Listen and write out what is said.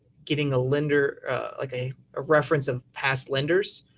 getting a lender like a a reference of past lenders.